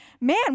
man